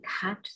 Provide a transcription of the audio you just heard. cut